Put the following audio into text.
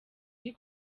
uri